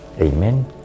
Amen